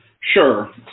Sure